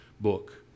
book